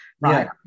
right